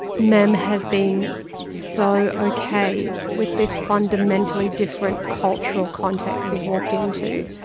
mem has been so ok with this fundamentally different cultural context he's walked into,